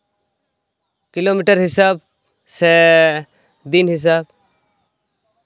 kilometre ᱦᱤᱥᱟᱹᱵᱽ ᱥᱮ ᱫᱤᱱ ᱦᱤᱥᱟᱹᱵ